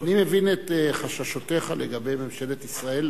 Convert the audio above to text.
אני מבין את חששותיך לגבי ממשלת ישראל,